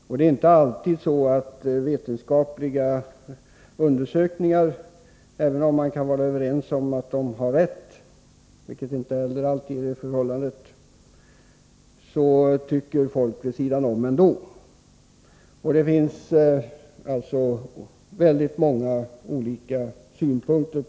Även om man kan hålla med om att de vetenskapliga undersökningarna är riktiga, vilket f. ö. inte alltid är fallet, tycker folk ändå litet grand på sitt sätt. Det finns alltså oerhört många synpunkter.